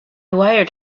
wired